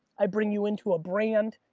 i bring you into a brand,